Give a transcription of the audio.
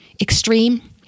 extreme